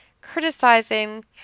criticizing